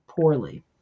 poorly